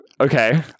Okay